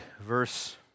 verse